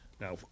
Now